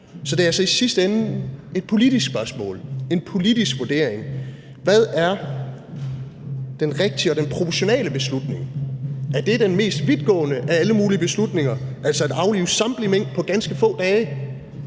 Så det er altså i sidste ende et politisk spørgsmål, en politisk vurdering, hvad den rigtige og den proportionale beslutning er. Er det den mest vidtgående af alle mulige beslutninger, altså at aflive samtlige mink på ganske få dage?